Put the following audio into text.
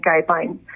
guidelines